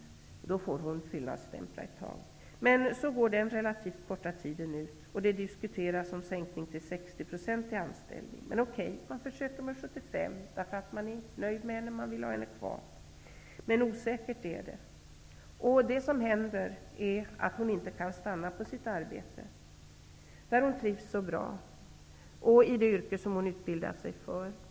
Hon får då fyllnadsstämpla ett tag. Men så går den relativt korta tidsfristen ut, och det diskuteras en sänkning till en 60-procentig anställning. Men okey -- man försöker med 75 % ett tag till. Men osäkert är det. Vad som händer är att hon kan inte stanna i det här arbetet. Hon trivs bra, och det är det som hon har utbildat sig för.